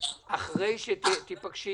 1.5% עד 2%,